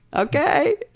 okay.